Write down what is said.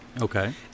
Okay